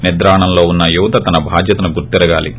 నిద్రాణంలో వున్న యువత తన బాధ్యత గుర్తెరగాలి